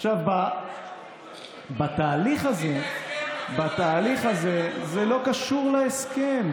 עכשיו, בתהליך הזה זה לא קשור להסכם.